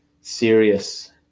serious